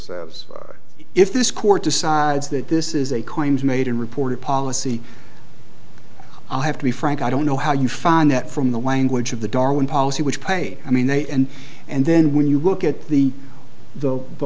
if this court decides that this is a claims made in reported policy i have to be frank i don't know how you find that from the language of the darwin policy which pay i mean they and and then when you look at the the